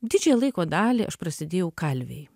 didžiąją laiko dalį aš prasėdėjau kalvėj